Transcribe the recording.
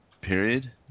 period